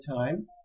time